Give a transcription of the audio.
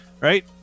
right